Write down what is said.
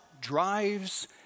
drives